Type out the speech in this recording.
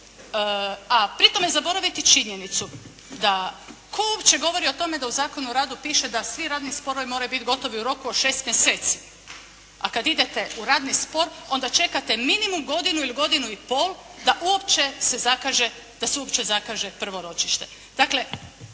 a pritom zaboraviti činjenicu da tko uopće govori o tome da u Zakonu o radu piše da svi radni sporovi moraju biti gotovi u roku od 6 mjeseci. A kad idete u radni spor onda čekate minimum godinu ili godinu i pol da uopće se zakaže prvo ročište.